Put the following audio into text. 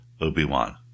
Obi-Wan